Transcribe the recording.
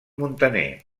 muntaner